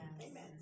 Amen